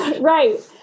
Right